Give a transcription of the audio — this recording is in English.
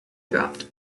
dropped